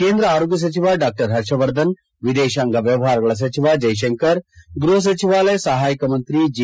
ಕೇಂದ್ರ ಆರೋಗ್ತ ಸಚಿವ ಡಾ ಪರ್ಷವರ್ಧನ್ ವಿದೇಶಾಂಗ ವ್ಯವಹಾರಗಳ ಸಚಿವ ಜೈ ಶಂಕರ್ ಗೃಹ ಸಚಿವಾಲಯ ಸಹಾಯಕ ಮಂತ್ರಿ ಜಿ